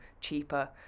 cheaper